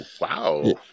Wow